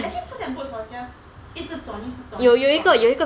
actually puss in boots was just 一直转一直转一直转 [what]